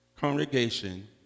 congregation